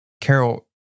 Carol